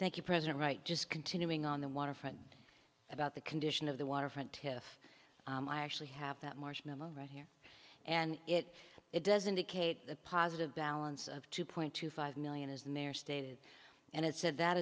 thank you president right just continuing on the waterfront about the condition of the waterfront if i actually have that marsh memo right here and it it does indicate the positive balance of two point two five million is their stated and it said that